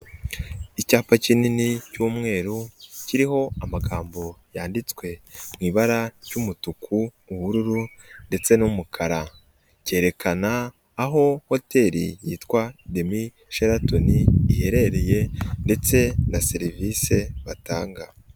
Icyapa kinini cy'umweru kiriho amagambo yanditswe mu ibara ry'umutuku, ubururu ndetse n'umukara, kerekana aho hoteli yitwa Demi Sheraton iherereye ndetse na serivisi batanga.